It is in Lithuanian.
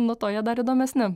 nuo to jie dar įdomesni